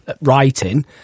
writing